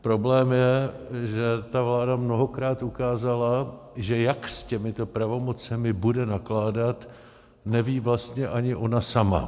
Problém je, že ta vláda mnohokrát ukázala, že jak s těmito pravomocemi bude nakládat, neví vlastně ani ona sama.